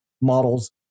models